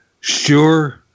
Sure